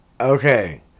Okay